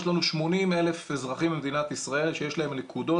יש לנו 80,000 אזרחים במדינת ישראל שיש להם נקודות